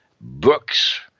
books